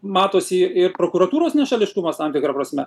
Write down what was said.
matosi ir prokuratūros nešališkumas tam tikra prasme